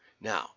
Now